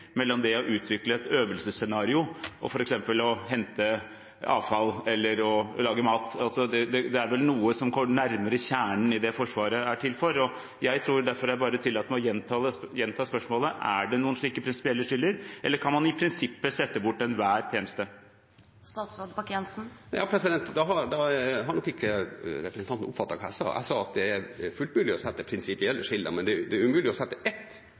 mellom det å utvikle et øvelsesscenario og f.eks. det å hente avfall eller å lage mat. Det er vel noe som kommer nærmere kjernen i det Forsvaret er til for. Jeg tror derfor jeg bare tillater meg å gjenta spørsmålet: Er det noen slike prinsipielle skiller, eller kan man i prinsippet sette bort enhver tjeneste? Da har nok ikke representanten oppfattet hva jeg sa. Jeg sa at det er fullt mulig å sette prinsipielle skiller, men det er umulig å sette ett